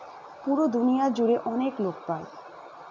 পুরো দুনিয়া জুড়ে অনেক লোক পাই